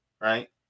right